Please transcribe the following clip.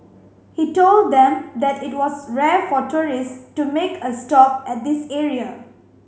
he told them that it was rare for tourist to make a stop at this area